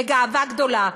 בגאווה גדולה,